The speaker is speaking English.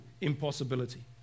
impossibility